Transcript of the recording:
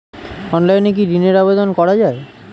অনলাইনে কি ঋনের আবেদন করা যায়?